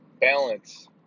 balance